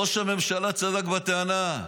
ראש הממשלה צדק בטענה: